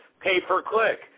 Pay-per-click